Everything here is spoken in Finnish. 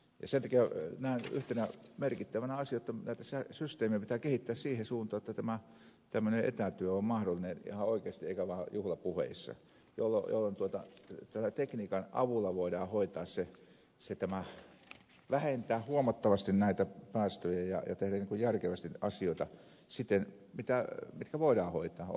sen takia näen yhtenä merkittävänä asiana että näitä systeemeitä pitää kehittää siihen suuntaan että tämä tämmöinen etätyö on mahdollinen ihan oikeasti eikä vaan juhlapuheissa jolloin tekniikan avulla voidaan hoitaa tämä vähentää huomattavasti näitä päästöjä ja tehdä järkevästi asioita siten mitkä voidaan hoitaa